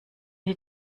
die